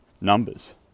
numbers